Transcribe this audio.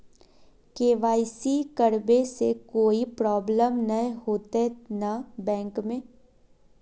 KYC करबे से कोई प्रॉब्लम नय होते न बैंक में?